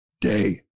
day